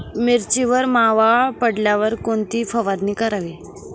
मिरचीवर मावा पडल्यावर कोणती फवारणी करावी?